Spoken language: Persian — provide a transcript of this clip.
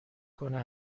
کنه